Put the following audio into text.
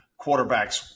quarterbacks